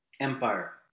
Empire